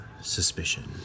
suspicion